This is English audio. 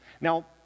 Now